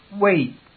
wait